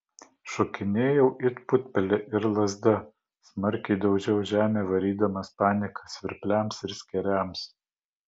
šokinėjau it putpelė ir lazda smarkiai daužiau žemę varydamas paniką svirpliams ir skėriams